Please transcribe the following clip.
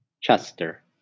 Chester